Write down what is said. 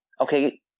okay